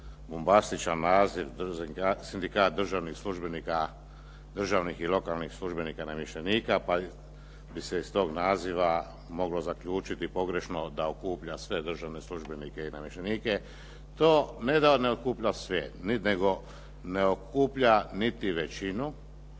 bombastičan naziv Sindikat državnih i lokalnih službenika i namještenika pa bi se iz tog naziva moglo zaključiti pogrešno da okuplja sve državne službenike i namještenike. To ne da ne okuplja sve, nego ne okuplja niti većinu